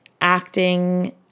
acting